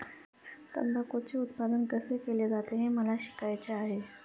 तंबाखूचे उत्पादन कसे केले जाते हे मला शिकायचे आहे